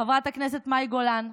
חברת הכנסת מאי גולן,